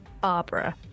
Barbara